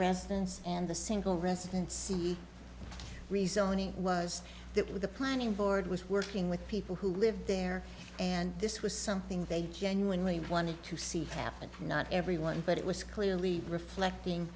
residence and the single residence rezoning was that when the planning board was working with people who live there and this was something they genuinely wanted to see happen not everyone but it was clearly reflecting